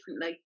differently